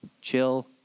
chill